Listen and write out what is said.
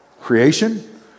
creation